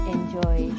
¡Enjoy